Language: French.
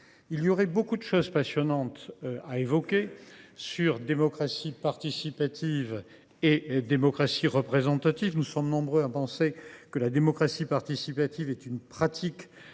Il y aurait beaucoup de questions passionnantes à évoquer sur le thème « démocratie participative et démocratie représentative »– nous sommes nombreux à penser que la démocratie participative relève d’une pratique